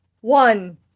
one